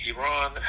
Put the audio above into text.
Iran